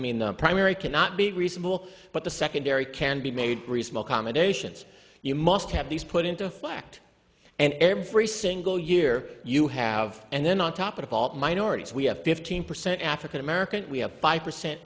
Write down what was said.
i mean the primary cannot be reasonable but the secondary can be made commendations you must have these put into effect and every single year you have and then on top of all minorities we have fifteen percent african american we have five percent